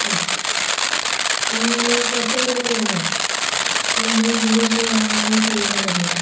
ആ ഇതിന് നിങ്ങള് കാഷ് ഓൺ ഡെലിവെറി ആണോ അല്ലെങ്കില് ഗൂഗിൾ പേയോ അങ്ങനെ എന്തെങ്കിലും ചെയ്താൽ മതിയോ